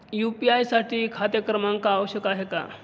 UPI साठी खाते क्रमांक आवश्यक आहे का?